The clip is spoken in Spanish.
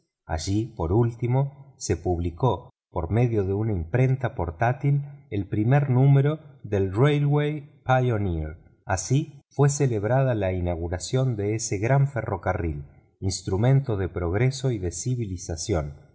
allí por último se publicó por medio de una imprenta portátil el primer número del rail way pioneer así fue celebrada la inauguración de ese gran ferrocarril instrumento de progreso y de civilización